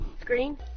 screen